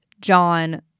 John